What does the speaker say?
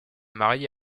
mariée